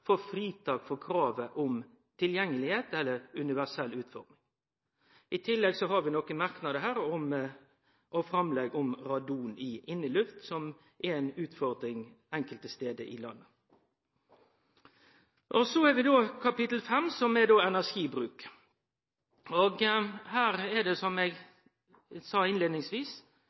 fritak frå kravet om tilgjengelegheit eller universell utforming. I tillegg har vi nokre merknadar og forslag om radon i inneluft, som er ei utfordring enkelte stader i landet. Så har vi kapittel 5, som er om energibruk. Her er det som eg sa